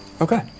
Okay